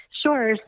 Sure